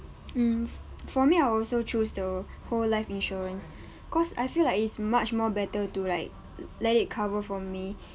mm for me I'll also choose the whole life insurance cause I feel like it's much more better to like let it cover for me